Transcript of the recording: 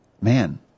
man